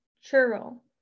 Churl